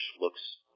looks